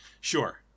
Sure